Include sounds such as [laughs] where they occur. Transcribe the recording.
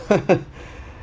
[laughs]